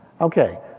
Okay